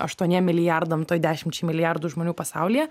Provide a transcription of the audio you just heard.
aštuoniem milijardam toj dešimčiai milijardų žmonių pasaulyje